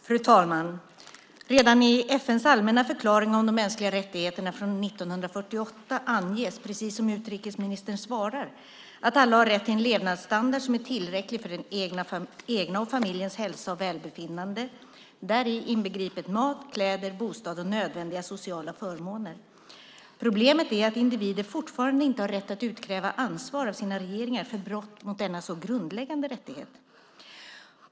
Fru talman! Redan i FN:s allmänna förklaring om de mänskliga rättigheterna från 1948 anges, precis som utrikesministern svarar, att alla har rätt till en levnadsstandard som är tillräcklig för den egna och familjens hälsa och välbefinnande, däri inbegripet mat, kläder, bostad och nödvändiga sociala förmåner. Problemet är att individer fortfarande inte har rätt att utkräva ansvar av sina regeringar för brott mot denna grundläggande rättighet.